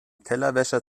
tellerwäscher